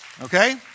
Okay